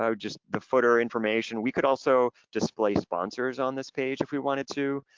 so just the footer information, we could also display sponsors on this page if we wanted to.